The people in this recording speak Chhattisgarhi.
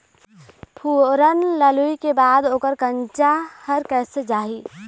फोरन ला लुए के बाद ओकर कंनचा हर कैसे जाही?